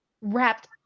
wrapped